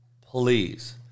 please